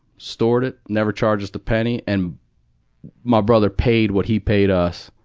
stored it, never charged us a penny, and my brother paid what he paid us,